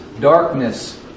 darkness